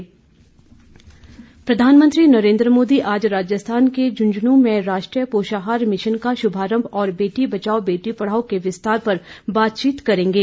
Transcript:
प्रधानमंत्री प्रसारण प्रधानमंत्री नरेन्द्र मोदी आज राजस्थान के झुंझुनूं में राष्ट्रीय पोषाहार मिशन का शुभारंभ और बेटी बचाओ बेटी पढ़ाओ के विस्तार पर बातचीत करेंगे